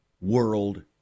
world